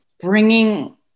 bringing